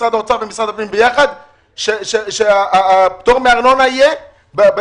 משרד האוצר ומשרד הפנים ביחד שהפטור מארנונה יהיה בכך